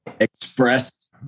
express